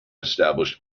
established